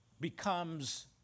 becomes